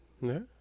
No